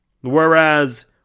Whereas